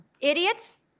idiots